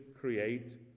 create